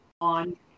on